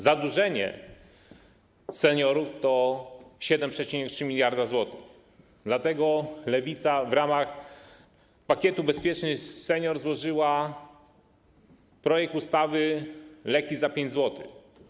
Zadłużenie seniorów to 7,3 mld zł, dlatego Lewica w ramach pakietu ˝Bezpieczny senior˝ złożyła projekt ustawy pn. ˝Leki za 5 zł˝